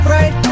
Right